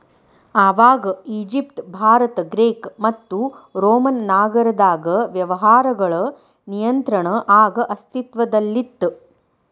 ಆವಾಗ Egypt Bharat Greek ಮತ್ತು Roman ನಾಗರದಾಗ ವ್ಯವಹಾರಗಳ ನಿಯಂತ್ರಣ ಆಗ ಅಸ್ತಿತ್ವದಲ್ಲಿತ್ತ